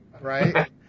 right